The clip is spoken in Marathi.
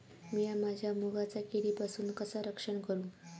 मीया माझ्या मुगाचा किडीपासून कसा रक्षण करू?